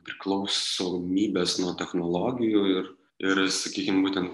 priklausomybės nuo technologijų ir ir sakykim būtent